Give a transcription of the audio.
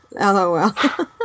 LOL